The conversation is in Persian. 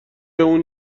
اون